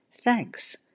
Thanks